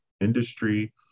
industry